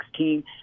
2016